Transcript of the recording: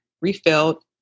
refilled